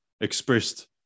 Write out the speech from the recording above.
expressed